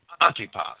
Antipas